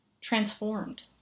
transformed